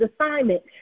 assignment